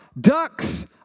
Ducks